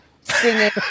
singing